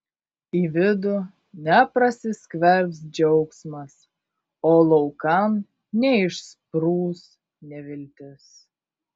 į vidų neprasiskverbs džiaugsmas o laukan neišsprūs neviltis